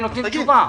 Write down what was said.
תשובה.